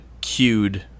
cued